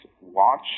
watch